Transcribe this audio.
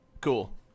Cool